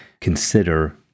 consider